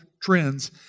trends